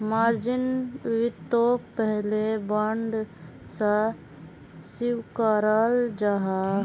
margin वित्तोक पहले bond सा स्विकाराल जाहा